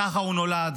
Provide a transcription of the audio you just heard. ככה הוא נולד.